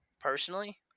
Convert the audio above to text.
Personally